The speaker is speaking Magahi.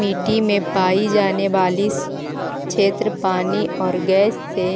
मिट्टी में पाई जाने वाली क्षेत्र पानी और गैस से